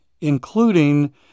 including